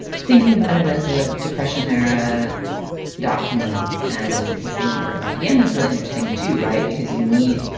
thinking about it as a depression era document and as a piece of newdeal propaganda is really interesting to write because you meet,